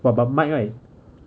but but mike right